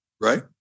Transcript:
Right